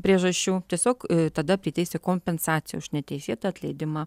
priežasčių tiesiog tada priteisti kompensaciją už neteisėtą atleidimą